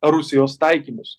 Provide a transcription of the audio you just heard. rusijos taikinius